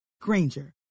Granger